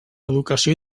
educació